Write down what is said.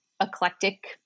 eclectic